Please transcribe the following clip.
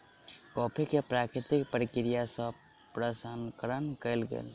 coffee के प्राकृतिक प्रक्रिया सँ प्रसंस्करण कयल गेल